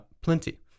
plenty